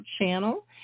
channel